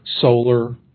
solar